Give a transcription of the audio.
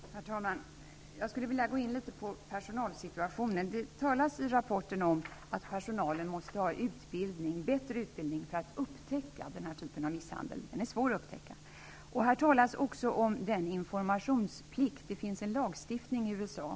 Herr talman! Jag skulle vilja gå litet grand in på personalsituationen. Det talas i rapporten om att personalen måste få bättre utbildning för att upptäcka den här typen av misshandel, för den är svår att upptäcka. Det talas också om informationsplikt. Det finns en lagstiftning i USA.